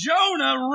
Jonah